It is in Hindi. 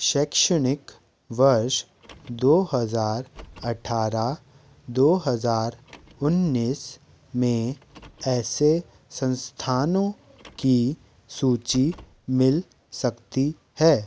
वर्ष दो हज़ार अठारह दो हज़ार उन्नीस में ऐसे संस्थानों की सूची मिल सकती है